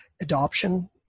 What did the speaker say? adoption